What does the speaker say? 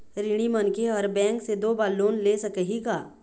ऋणी मनखे हर बैंक से दो बार लोन ले सकही का?